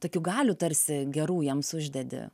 tokių galių tarsi gerų jiems uždedi